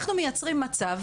אנחנו מייצרים פה מצב